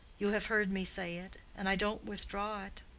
you have heard me say it, and i don't withdraw it.